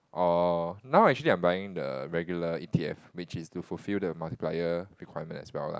or now actually I'm buying the regular E_T_F which is to fulfill the multiplier requirement as well lah